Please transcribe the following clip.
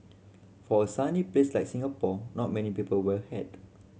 for a sunny place like Singapore not many people wear a hat